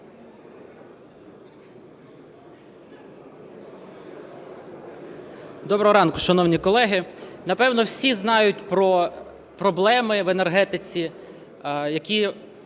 Доброго ранку, шановні колеги! Напевно, всі знають про проблеми в енергетиці, які